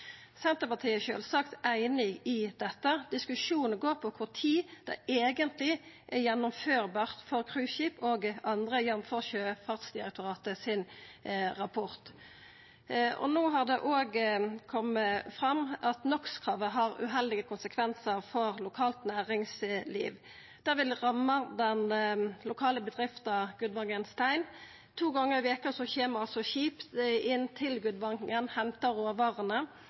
Senterpartiet er sjølvsagt einig i dette. Diskusjonen går på når det eigentleg er gjennomførbart for cruiseskip og andre, jf. rapporten frå Sjøfartsdirektoratet. No har det òg kome fram at NO x -kravet har uheldige konsekvensar for lokalt næringsliv. Det vil ramma den lokale bedrifta Gudvangen Stein. To gonger i veka kjem skip inn til Gudvangen og hentar råvarene,